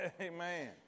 Amen